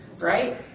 right